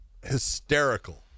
hysterical